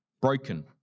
broken